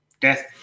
death